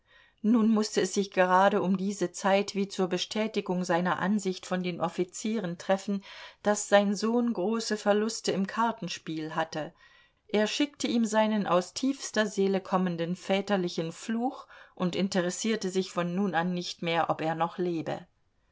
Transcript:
nun mußte es sich gerade um diese zeit wie zur bestätigung seiner ansicht von den offizieren treffen daß sein sohn große verluste im kartenspiel hatte er schickte ihm seinen aus tiefster seele kommenden väterlichen fluch und interessierte sich von nun an nicht mehr ob er noch lebe